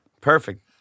Perfect